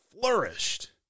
flourished